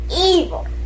evil